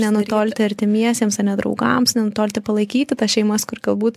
nenutolti artimiesiems ane draugams nenutolti palaikyti tas šeimas kur galbūt